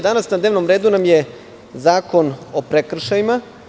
Danas na dnevnom redu nam je i Zakon o prekršajima.